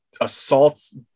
assaults